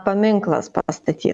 paminklas pastatyt